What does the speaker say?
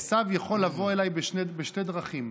עשיו יכול לבוא אליי בשתי דרכים: